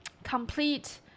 complete